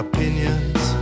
Opinions